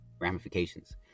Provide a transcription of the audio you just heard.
ramifications